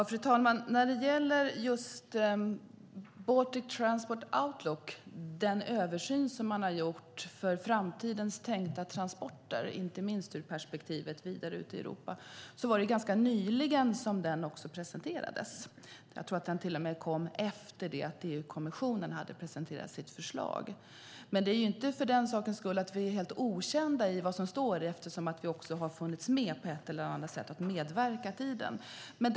Fru talman! Baltic Transport Outlook, översynen av framtidens tänkta transporter och inte minst ur perspektivet vidare ut i Europa, presenterades ganska nyligen. Jag tror att den till och med kom efter att EU-kommissionen hade presenterat sitt förslag. Vi är dock inte helt obekanta med vad som står där eftersom vi har medverkat i den.